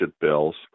bills